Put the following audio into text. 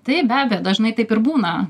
taip be abejo dažnai taip ir būna